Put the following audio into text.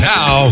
Now